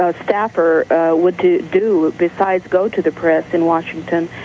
ah staffer would do besides go to the press in washington.